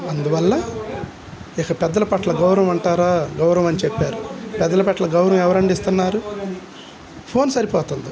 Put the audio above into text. అందువల్ల ఇక పెద్దల పట్ల గౌరవం అంటారా గౌరవం అని చెప్పారు పెద్దల పట్ల గౌరవం ఎవరండి ఇస్తున్నారు ఫోన్ సరిపోతుంది